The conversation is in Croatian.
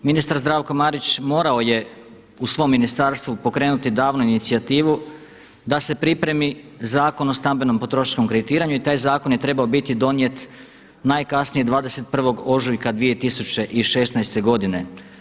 Ministar Zdravko Marić morao je u svom ministarstvu pokrenuti davno inicijativu da se pripremi Zakon o stambenom potrošačkom kreditiranju i taj zakon je trebao biti donijet najkasnije 21. ožujka 2016. godine.